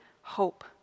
hope